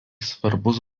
svarbus